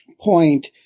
point